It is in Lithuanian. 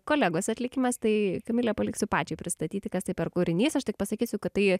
kolegos atlikimas tai kamile paliksiu pačiai pristatyti kas tai per kūrinys aš tik pasakysiu kad tai